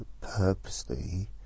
purposely